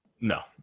No